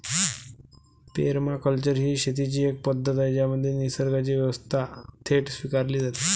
permaculture ही शेतीची एक पद्धत आहे ज्यामध्ये निसर्गाची व्यवस्था थेट स्वीकारली जाते